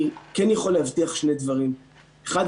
אני כן יכול להבטיח שני דברים: אחד,